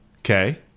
Okay